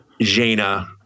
Jaina